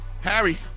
Harry